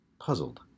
Puzzled